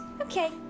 okay